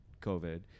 COVID